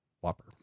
Whopper